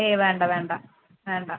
ഏയ് വേണ്ട വേണ്ട വേണ്ട